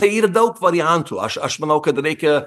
tai yra daug variantų aš aš manau kad reikia